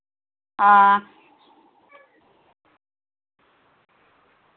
हां